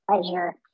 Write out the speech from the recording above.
pleasure